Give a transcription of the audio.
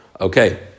Okay